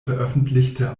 veröffentlichte